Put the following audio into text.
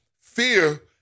Fear